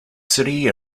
city